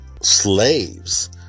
slaves